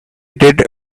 did